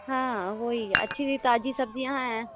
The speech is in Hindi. हाँ वह ही अच्छी भी ताज़ी सब्ज़ियाँ हैं